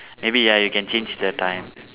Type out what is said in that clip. maybe ya you can change the time